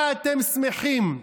מה אתם שמחים?